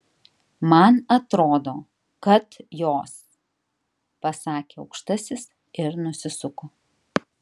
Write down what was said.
man atrodo kad jos pasakė aukštasis ir nusisuko